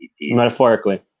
metaphorically